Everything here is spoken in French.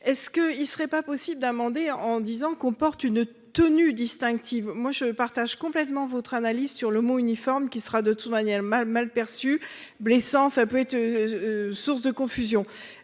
Est-ce que il serait pas possible d'amender en disant qu'on porte une tenue distinctive, moi je partage complètement votre analyse sur le mot uniforme qui sera de toute manière mal perçu blessant. Ça peut être. Source de confusion.